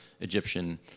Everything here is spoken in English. egyptian